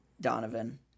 Donovan